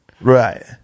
Right